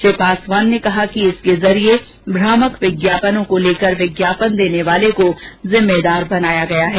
श्री पासवान ने कहा कि इसके जरिये भ्रामक विज्ञापनों को लेकर विज्ञापन देने वाले को जिम्मेदार बनाया गया है